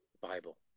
Bible